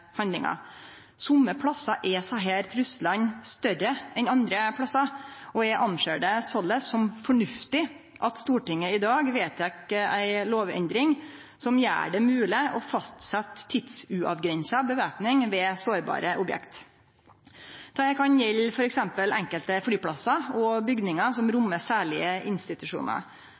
handlingar. Somme plassar er desse truslane større enn andre plassar, og eg reknar det såleis som fornuftig at Stortinget i dag vedtek ei lovendring som gjer det mogleg å fastsetje tidsuavgrensa væpning ved sårbare objekt. Dette kan gjelde f.eks. enkelte flyplassar og bygningar som rommar særlege institusjonar.